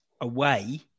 away